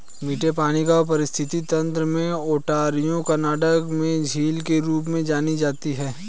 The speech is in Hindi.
मीठे पानी का पारिस्थितिकी तंत्र में ओंटारियो कनाडा में झील के रूप में जानी जाती है